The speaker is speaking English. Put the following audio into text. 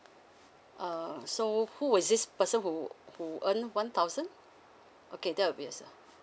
uh so who is this person who who earn one thousand okay that obvious lah